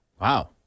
Wow